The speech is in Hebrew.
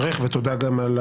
מצוין, מעריך, ותודה גם על